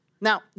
Now